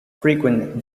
frequent